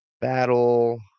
Battle